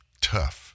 tough